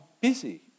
busy